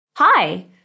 Hi